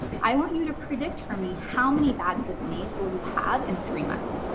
i want you to predict for me, how many bags of maize will you have in three months?